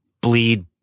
bleed